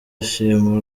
ashima